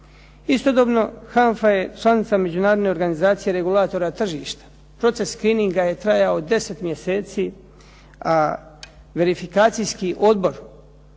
Istodobno HANFA je članica Međunarodne organizacije regulatora tržišta. Proces screeninga je trajao 10 mjeseci a verifikacijski odbor